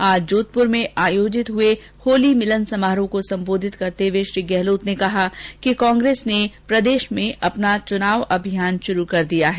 आज जोधप्र में आयोजित हए होली मिलन समारोह को संबोधित करते हए श्री गहलोत ने कहा कि कांग्रेस ने प्रदेष में अपना चुनाव अभियान शुरू कर दिया है